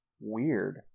weird